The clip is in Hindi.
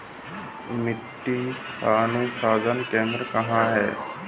मिट्टी अनुसंधान केंद्र कहाँ है?